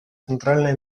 центральное